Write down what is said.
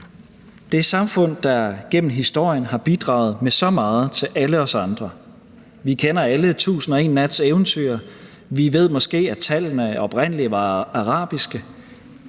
Det er samfund, der gennem historien har bidraget med så meget til alle os andre. Vi kender alle 1001 Nats Eventyr, vi ved måske, at tallene oprindelig var arabiske.